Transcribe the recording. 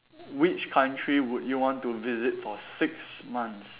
which country would you want to visit for six months